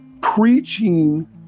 preaching